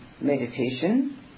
meditation